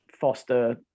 Foster